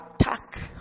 attack